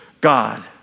God